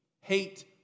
Hate